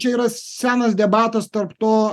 čia yra senas debatas tarp to